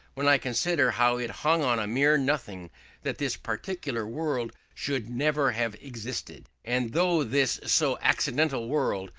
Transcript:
when i consider how it hung on a mere nothing that this particular world should never have existed. and though this so accidental world,